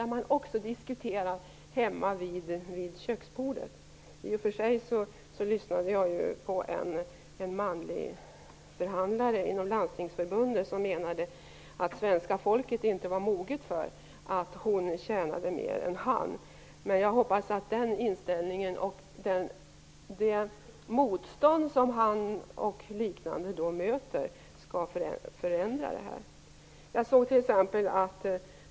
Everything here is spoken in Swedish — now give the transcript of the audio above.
Även diskussionerna hemma vid köksbordet är viktiga. Jag lyssnade till en manlig förhandlare inom Landstingsförbundet, som menade att svenska folket inte var moget för att kvinnan skulle tjäna mer än mannen. Men jag hoppas att den inställningen och att det motstånd som denne förhandlare m.fl. möter skall förändras.